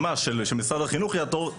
ממש שמשרד החינוך יעתור,